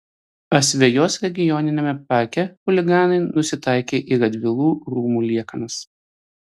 asvejos regioniniame parke chuliganai nusitaikė į radvilų rūmų liekanas